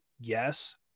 Yes